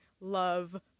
love